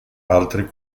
altri